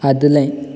आदलें